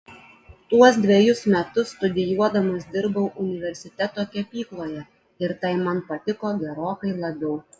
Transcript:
tuos dvejus metus studijuodamas dirbau universiteto kepykloje ir tai man patiko gerokai labiau